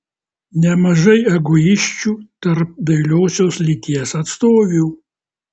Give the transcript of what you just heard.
nemažai egoisčių tarp dailiosios lyties atstovių